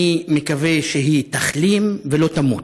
אני מקווה שהיא תחלים ולא תמות,